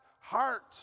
heart